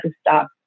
stop